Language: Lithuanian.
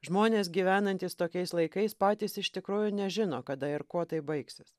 žmonės gyvenantys tokiais laikais patys iš tikrųjų nežino kada ir kuo tai baigsis